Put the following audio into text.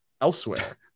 elsewhere